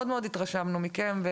מאוד התרשמנו מכם.